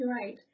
Right